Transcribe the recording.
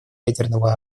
ядерного